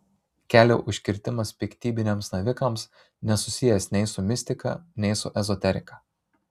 kelio užkirtimas piktybiniams navikams nesusijęs nei su mistika nei su ezoterika